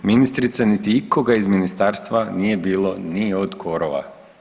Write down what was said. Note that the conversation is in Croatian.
Ministrice niti ikoga iz ministarstva nije bilo ni od korova.